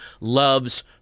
loves